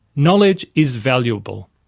knowledge is valuable.